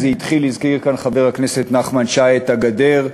זה התחיל, הזכיר כאן חבר הכנסת נחמן שי את הגדר,